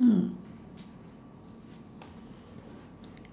hmm